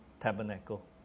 tabernacle